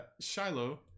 Shiloh